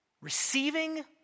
Receiving